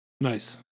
Nice